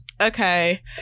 Okay